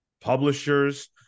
publishers